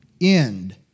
end